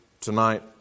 tonight